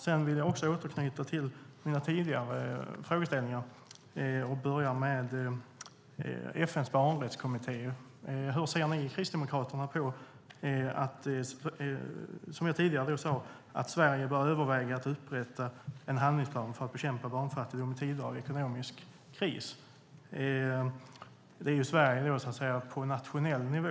Jag vill återknyta till mina tidigare frågeställningar och börjar med FN:s barnrättskommitté. Hur ser Kristdemokraterna på att Sverige, som jag tidigare sade, bör överväga att upprätta en handlingsplan för att bekämpa barnfattigdomen i tider av ekonomisk kris? Frågan avser Sverige på nationell nivå.